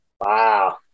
Wow